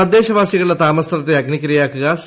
തദ്ദേശവാസികളുടെ താമസസ്ഥലത്തെ അഗ്നിക്കിരയാക്കുക സി